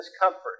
discomfort